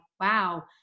wow